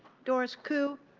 doris koo,